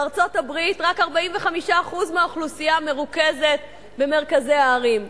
בארצות-הברית רק 45% מהאוכלוסייה מרוכזים במרכזי הערים.